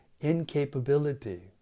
incapability